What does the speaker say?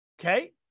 Okay